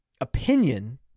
opinion